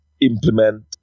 implement